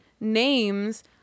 names